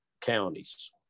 counties